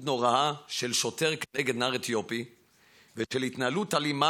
נוראה של שוטר כנגד נער אתיופי והתנהלות אלימה